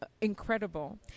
incredible